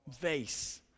vase